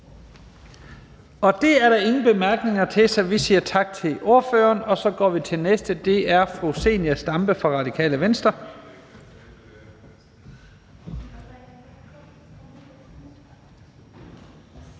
Det er der ingen korte bemærkninger til, så vi siger tak til ordføreren. Så går vi til den næste ordfører, og det er fru Zenia Stampe fra Radikale Venstre.